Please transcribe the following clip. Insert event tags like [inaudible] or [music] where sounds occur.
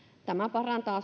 tämä parantaa [unintelligible]